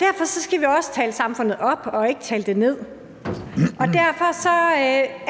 Derfor skal vi også tale samfundet op og ikke tale det ned, og derfor